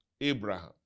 Abraham